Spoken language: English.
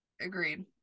Agreed